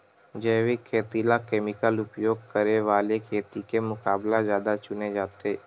जैविक खेती ला केमिकल उपयोग करे वाले खेती के मुकाबला ज्यादा चुने जाते